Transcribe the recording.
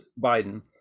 Biden